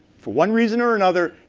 for one reason or another,